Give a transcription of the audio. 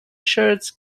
shirts